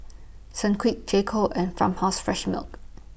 Sunquick J Co and Farmhouse Fresh Milk